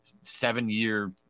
seven-year